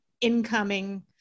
incoming